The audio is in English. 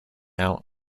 out